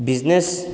business